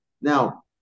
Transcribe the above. Now